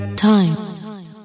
Time